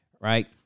right